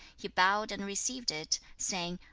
he bowed and received it, saying,